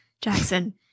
Jackson